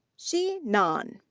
xi nan.